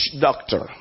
doctor